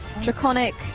Draconic